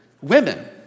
Women